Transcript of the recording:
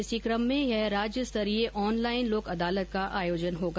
इसी क्रम में यह राज्य स्तरीय ऑनलाइन लोक अदालत का आयोजन होगा